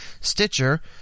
Stitcher